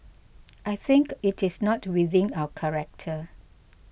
I think it is not within our character